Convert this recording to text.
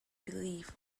believe